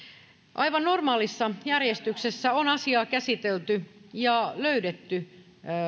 aivan normaalissa järjestyksessä on asiaa käsitelty ja löydetty